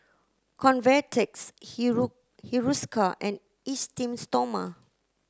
Convatec Hiruscar and Esteem Stoma